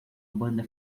banda